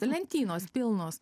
lentynos pilnos